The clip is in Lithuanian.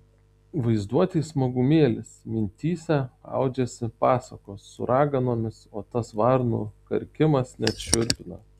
vaizduotei smagumėlis mintyse audžiasi pasakos su raganomis o tas varnų karkimas net šiurpina